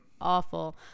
awful